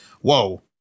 whoa